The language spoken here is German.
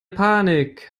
panik